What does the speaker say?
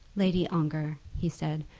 lady ongar, he said,